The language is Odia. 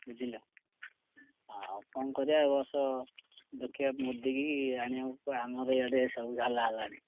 ବୁଝିଲ ଆଉ କଣ କରିବା ଏଇ ବର୍ଷ ଦେଖିବା ମୋଦୀ କି ଆଣିବାକୁ ଆମର ଇଆଡ଼େ ସବୁ ହାଲ୍ଲା ହେଲାଣି